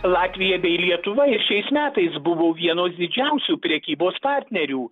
latvija bei lietuva ir šiais metais buvo vienos didžiausių prekybos partnerių